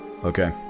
Okay